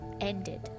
ended